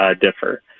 differ